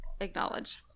acknowledge